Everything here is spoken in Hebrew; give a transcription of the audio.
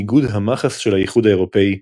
איגוד המכס של האיחוד האירופי,